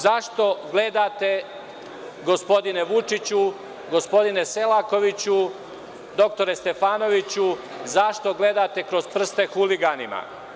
Zašto gledate, gospodine Vučiću, gospodine Selakoviću, dr Stefanoviću, zašto gledate kroz prste huliganima?